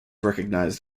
recognised